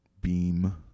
beam